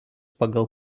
pagal